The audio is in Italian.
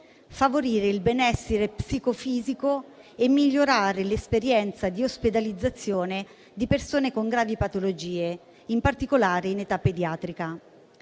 favorire il benessere psicofisico e migliorare l'esperienza di ospedalizzazione di persone con gravi patologie, in particolare in età pediatrica.